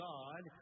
God